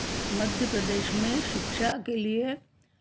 मध्यप्रदेश में शिक्षा के लिए